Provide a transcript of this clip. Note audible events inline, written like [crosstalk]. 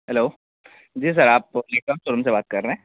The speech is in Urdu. ہیلو جی سر آپ [unintelligible] سے بات کر رہے ہیں